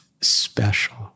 special